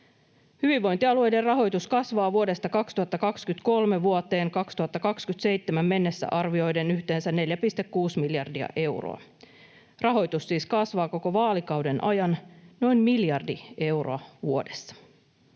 Hyvinvointialueiden rahoitus kasvaa vuodesta 2023 vuoteen 2027 mennessä arvioiden yhteensä 4,6 miljardia euroa. Rahoitus siis kasvaa koko vaalikauden ajan noin miljardi euroa vuodessa.